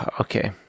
Okay